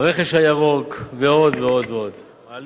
הרכש "הירוק" ועוד ועוד ועוד.